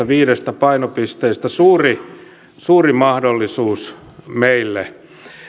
viidestä painopisteestä ja suuri mahdollisuus meille